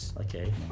Okay